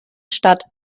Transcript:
statt